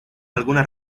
alguna